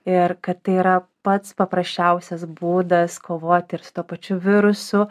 ir kad tai yra pats paprasčiausias būdas kovoti ir su tuo pačiu virusu